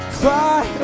cry